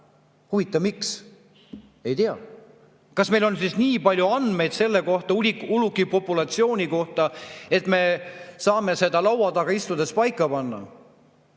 Huvitav, miks? Ei tea. Kas meil on siis nii palju andmeid ulukite populatsioonide kohta, et me saame [need] laua taga istudes paika panna?